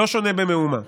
לא שונה במאומה.